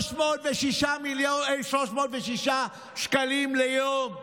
306 שקלים ליום,